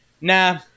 nah